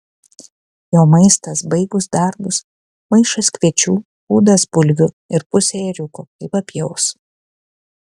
jo maistas baigus darbus maišas kviečių pūdas bulvių ir pusė ėriuko kai papjaus